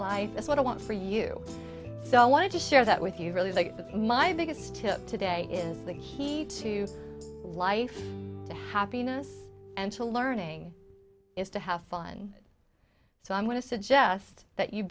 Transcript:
life that's what i want for you so i wanted to share that with you really like with my biggest tip today is the key to life to happiness and to learning is to have fun so i'm going to suggest that you